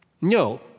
No